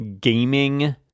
gaming